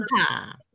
time